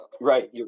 Right